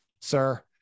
sir